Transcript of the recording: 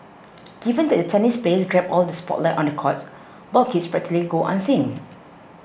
given that the tennis players grab all the spotlight on the courts ball kids practically go unseen